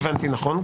הבנתי נכון?